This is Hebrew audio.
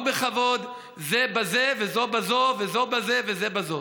בכבוד זה בזה וזו בזו וזו בזה וזה בזו.